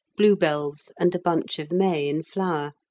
blue-bells, and a bunch of may in flower.